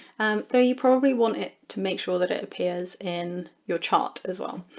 um so you probably want it to make sure that it appears in your chart as well,